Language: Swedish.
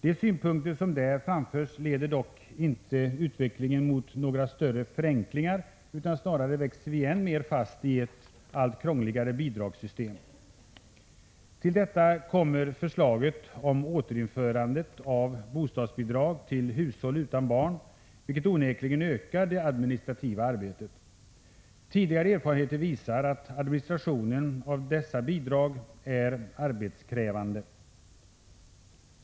De synpunkter som där framförs leder dock inte utvecklingen mot några större förenklingar, utan snarare växer vi fast i ett allt krångligare bidragssystem. Till detta kommer förslaget om återinförande av bostadsbidrag till hushåll utan barn, vilket onekligen ökar det administrativa arbetet. Tidigare erfarenheter visar att administrationen av dessa bidrag är arbetskrävande.